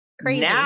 Crazy